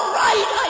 right